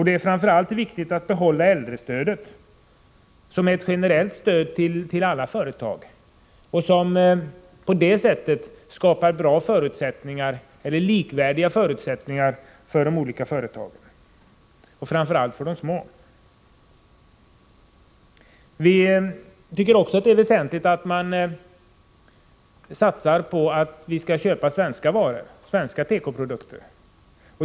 Det är framför allt viktigt att behålla äldrestödet som ett generellt stöd till alla företag och på så sätt skapa likvärdiga förutsättningar för de olika företagen, framför allt de små. Vi tycker också att det är väsentligt att man satsar på att köpa svenska varor och svenska tekoprodukter.